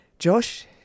Josh